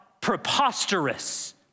preposterous